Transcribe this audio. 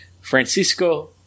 Francisco